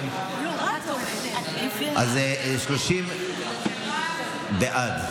כן, אז 30 בעד.